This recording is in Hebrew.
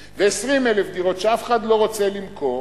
ו-20,000 דירות שאף אחד לא רוצה לקנות,